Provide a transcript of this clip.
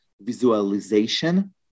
visualization